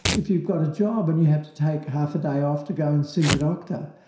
if you got a job and you have to take half a day off to go and see the doctor,